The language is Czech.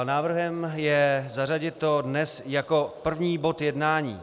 Návrhem je zařadit to dnes jako první bod jednání.